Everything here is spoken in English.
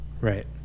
Right